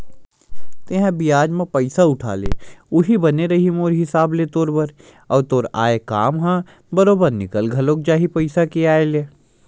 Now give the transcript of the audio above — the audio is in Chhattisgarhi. तेंहा बियाज म पइसा उठा ले उहीं बने रइही मोर हिसाब ले तोर बर, अउ तोर आय काम ह बरोबर निकल घलो जाही पइसा के आय ले